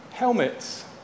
Helmets